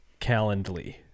calendly